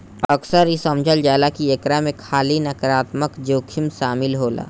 अक्सर इ समझल जाला की एकरा में खाली नकारात्मक जोखिम शामिल होला